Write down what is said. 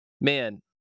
Man